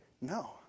No